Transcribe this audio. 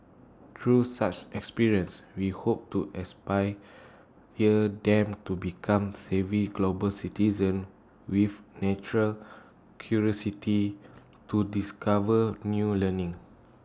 through such experiences we hope to inspire them to become savvy global citizens with natural curiosity to discover new learning